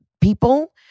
people